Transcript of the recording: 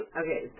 okay